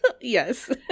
yes